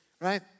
right